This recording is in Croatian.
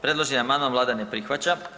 Predloženi amandman Vlada ne prihvaća.